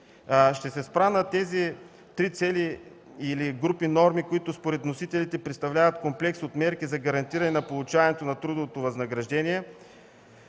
Ще се спра на тези три цели или групи норми, които според вносителите представляват комплекс от мерки за гарантиране на получаването на трудовото възнаграждение,